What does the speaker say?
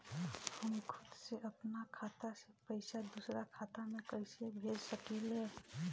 हम खुद से अपना खाता से पइसा दूसरा खाता में कइसे भेज सकी ले?